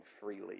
freely